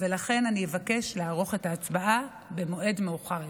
ולכן אני אבקש לערוך את ההצבעה במועד מאוחר יותר.